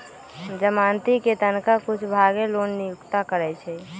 जमानती कें तनका कुछे भाग लोन चुक्ता करै छइ